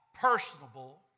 personable